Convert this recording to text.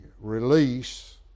release